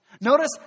notice